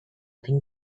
thing